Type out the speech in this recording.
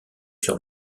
sur